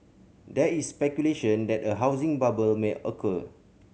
there is speculation that a housing bubble may occur